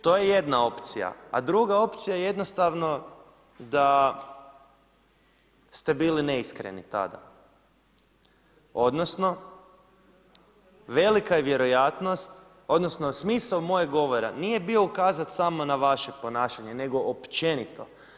To je jedna opcija, a druga opcija je jednostavno da ste bili neiskreni tada, odnosno velika je vjerojatnost, odnosno smisao mojeg govora nije bio ukazati samo na vaše ponašanje nego općenito.